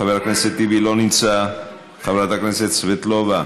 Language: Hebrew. חבר הכנסת טיבי, לא נמצא, חברת הכנסת סבטלובה,